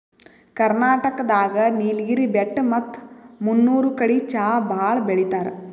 ಕರ್ನಾಟಕ್ ದಾಗ್ ನೀಲ್ಗಿರಿ ಬೆಟ್ಟ ಮತ್ತ್ ಮುನ್ನೂರ್ ಕಡಿ ಚಾ ಭಾಳ್ ಬೆಳಿತಾರ್